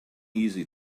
easy